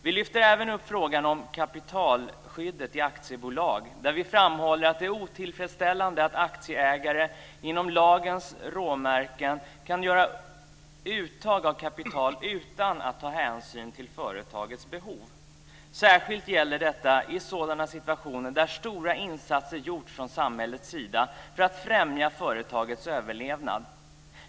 Vi lyfter även upp frågan om kapitalskyddet i aktiebolag, där vi framhåller att det är otillfredsställande att aktieägare inom lagens råmärken kan göra uttag av kapital utan att ta hänsyn till företagets behov. Särskilt gäller detta i sådana situationer där stora insatser gjorts från samhällets sida för att främja företagets överlevnad.